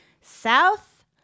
South